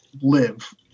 live